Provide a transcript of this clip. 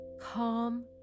calm